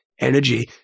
energy